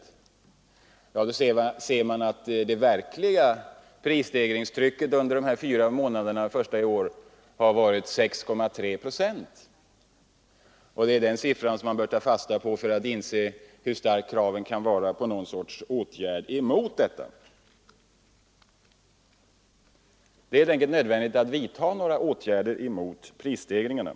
Tar man hänsyn till allt detta finner man att den verkliga prisstegringen under de fyra första månaderna i år har uppgått till 6,3 procent. Det är den siffran man bör ta fasta på för att inse hur starkt påkallade åtgärder mot prisstegringarna är. Det är helt enkelt nödvändigt att vidta åtgärder mot prisstegringarna.